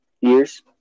years